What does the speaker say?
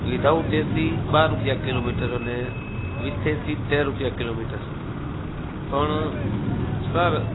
without AC બાર રૂપિયા kilometre અને વિથ એસી તેર રૂપિયા કિલોમીટર પણ સર